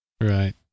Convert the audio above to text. Right